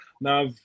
now